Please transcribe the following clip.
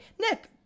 nick